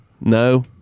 No